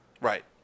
Right